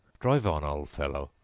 drive on, old fellow!